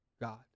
God